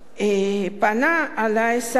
פנה אלי השר כחלון,